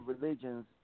religions